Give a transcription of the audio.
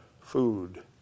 food